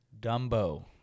Dumbo